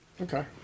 Okay